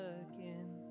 again